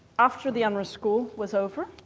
after the unrwa school was over,